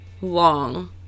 long